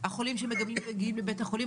החולים שמגיעים לבית החולים,